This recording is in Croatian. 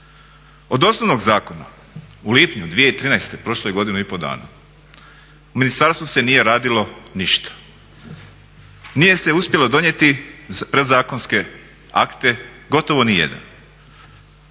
Od osnovnog zakona u lipnju 2013., prošlo je godinu i pol dana, u ministarstvu se nije radilo ništa, nije se uspjelo donijeti predzakonske akte gotovo ni jedan.